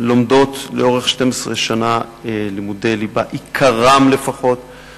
לומדות לאורך 12 שנה לימודי ליבה, כשליש